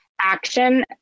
action